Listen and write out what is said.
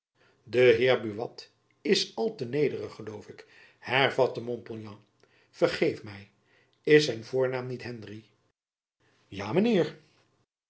buat is al te nederig geloof ik hervatte montpouillan vergeef my is zijn voornaam niet henry